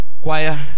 choir